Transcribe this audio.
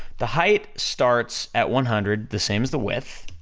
the height starts at one hundred, the same as the width,